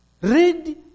Read